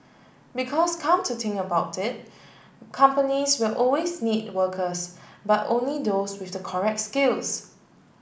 because come to think about it companies will always need workers but only those with the correct skills